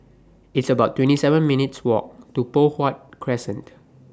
It's about twenty seven minutes' Walk to Poh Huat Crescent